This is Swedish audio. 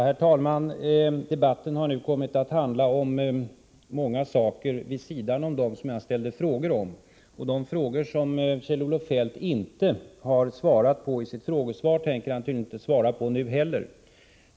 Herr talman! Debatten har nu kommit att handla om många saker vid sidan om de frågor som jag ställt. De frågor som Kjell-Olof Feldt inte har svarat på i sitt interpellationssvar tänker han tydligen inte heller nu besvara.